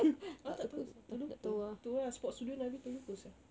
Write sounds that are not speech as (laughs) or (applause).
(laughs) I tak tahu tak tahu itu lah sports dulu dah habis tak tengok buku sia